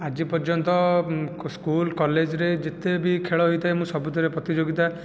ଆଜି ପର୍ଯ୍ୟନ୍ତ ସ୍କୁଲ କଲେଜରେ ଯେତେ ବି ଖେଳ ହେଇଥାଏ ମୁଁ ସବୁଥିରେ ପ୍ରତିଯୋଗିତା